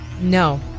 No